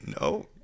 No